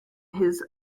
his